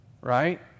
right